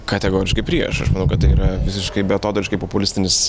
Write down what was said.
kategoriškai prieš aš manau kad tai yra visiškai beatodairiškai populistinis